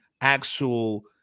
actual